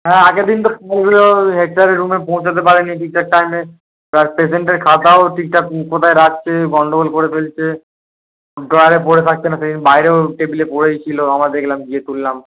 হ্যাঁ আগের দিন তো ওগুলো হেড স্যারের রুমে পৌঁছাতে পারেনি ঠিকঠাক টাইমে প্লাস পেশেন্টের খাতাও ঠিকঠাক কোথায় রাখছে গন্ডগোল করে ফেলছে ড্রয়ারে পড়ে থাকছে না সেই দিন বাইরেও টেবিলে পড়েই ছিল আমার দেখলাম গিয়ে তুললাম